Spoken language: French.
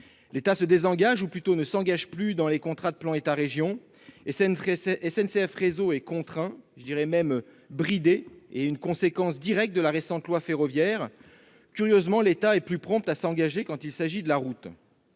L'État se désengage, ou plutôt ne s'engage plus dans les contrats de plan État-région. SNCF Réseau est contraint, et même bridé, conséquence directe de la récente loi ferroviaire. Curieusement, l'État est plus prompt à s'engager quand il s'agit de la route.